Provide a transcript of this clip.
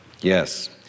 yes